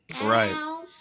Right